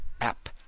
App